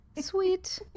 sweet